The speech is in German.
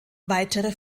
weitere